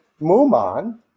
Mumon